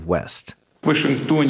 West